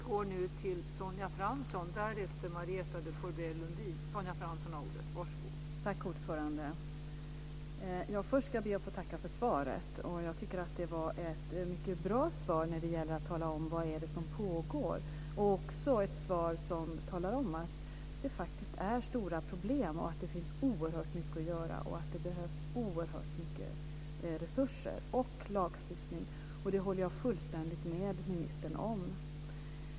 Fru talman! Först ska jag be att få tacka för svaret. Jag tycker att det var ett mycket bra svar när det gäller att tala om vad det är som pågår, och också ett svar som talar om att det faktiskt är stora problem, att det finns oerhört mycket att göra och att det behövs oerhört mycket resurser och lagstiftning. Det håller jag fullständigt med ministern om.